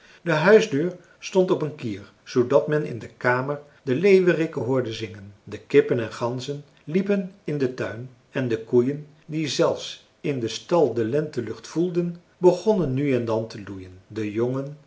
de huisdeur stond op een kier zoodat men in de kamer de leeuweriken hoorde zingen de kippen en ganzen liepen in den tuin en de koeien die zelfs in den stal de lentelucht voelden begonnen nu en dan te loeien de jongen